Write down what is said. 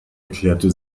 erklärte